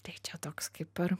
tai čia toks kaip ir